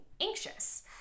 anxious